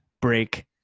break